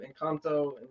Encanto